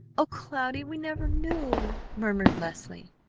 o cloudy! we never knew murmured leslie.